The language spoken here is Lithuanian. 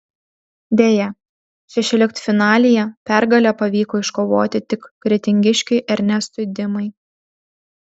deja šešioliktfinalyje pergalę pavyko iškovoti tik kretingiškiui ernestui dimai